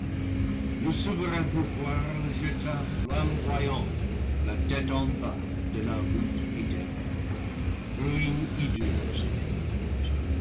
le souverain pouvoir le jeta flamboyant la tête en bas de la voûte éthérée ruine hideuse et brûlante